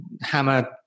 hammer